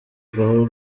gahoro